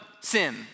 sin